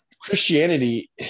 Christianity